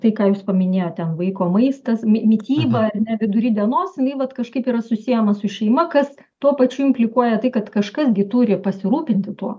tai ką jūs paminėjot ten vaiko maistas mi mityba ar ne vidury dienos jinai va kažkaip yra susiejama su šeima kas tuo pačiu implikuoja tai kad kažkas gi turi pasirūpinti tuo